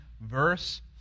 verse